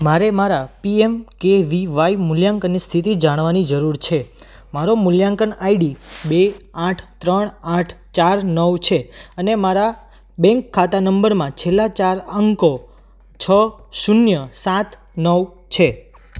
મારે મારા P M K V Y મૂલ્યાંકનની સ્થિતિ જાણવાની જરૂર છે મારો મૂલ્યાંકન આઈડી બે આઠ ત્રણ આઠ ચાર નવ છે અને મારા બેંક ખાતા નંબરના છેલ્લા ચાર અંકો છ શૂન્ય સાત નવ છે